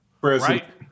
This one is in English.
right